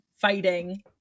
fighting